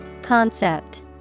Concept